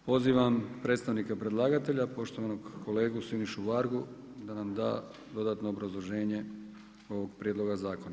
Pozivam predstavnike predlagatelja, poštovanog kolegu Sinišu Vargu, da nam da dodatno obrazloženje ovog prijedloga zakona.